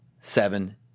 seven